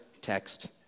text